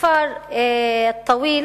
שכפר-טוויל